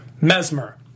Mesmer